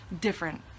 different